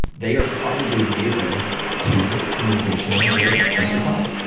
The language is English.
they are probably the gateway to communication with mr. pollan.